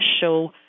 show